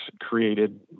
created